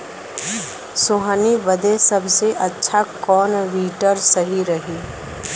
सोहनी बदे सबसे अच्छा कौन वीडर सही रही?